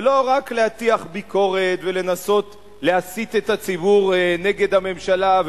ולא רק להטיח ביקורת ולנסות להסית את הציבור נגד הממשלה,